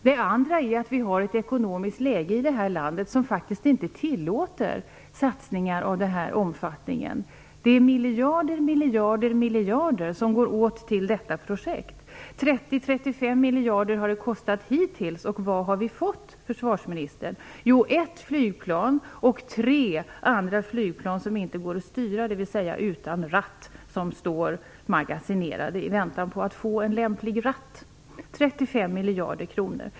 Det andra är att vi har ett ekonomiskt läge i det här landet som faktiskt inte tillåter satsningar av den här omfattningen. Det är miljarder och åter miljarder som går åt till detta projekt. Det har hittills kostat 30 35 miljarder. Vad har vi fått, försvarsministern? Jo, ett flygplan samt tre andra flygplan som inte går att styra, dvs. utan ratt, och som står magasinerade i väntan att på att få en lämplig ratt. Detta har vi fått för 35 miljarder kronor.